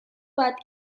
bat